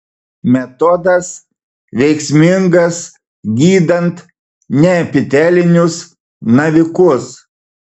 metodas veiksmingas gydant neepitelinius navikus